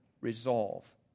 resolve